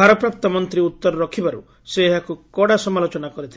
ଭାରପ୍ରାପ୍ତ ମନ୍ତୀ ଉତ୍ତର ରଖିବାରୁ ସେ ଏହାକୁ କଡ଼ା ସମାଲୋଚନା କରିଥିଲେ